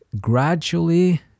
gradually